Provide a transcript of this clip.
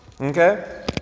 Okay